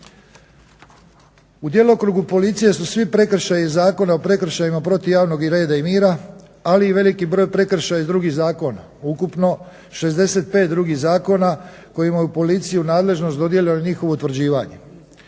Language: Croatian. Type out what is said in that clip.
U djelokrugu policije su svi prekršaji iz Zakona o prekršajima protiv javnog reda i mira, ali i veliki broj prekršaja iz drugih zakona ukupno 65 drugih zakona kojima je policiji u nadležnost dodijelila njihovo utvrđivanje.